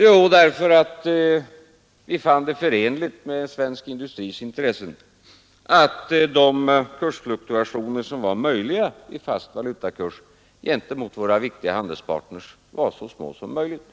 Jo, därför att vi fann det förenligt med svensk industris intressen att de kursfluktuationer som kunde förekomma gentemot våra viktiga handelspartners var så små som möjligt.